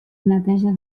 neteja